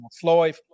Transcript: Floyd